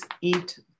eat